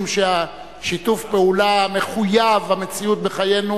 משום ששיתוף הפעולה מחויב המציאות בחיינו